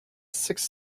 six